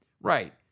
right